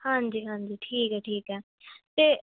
ਹਾਂਜੀ ਹਾਂਜੀ ਠੀਕ ਹੈ ਠੀਕ ਹੈ ਅਤੇ